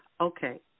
Okay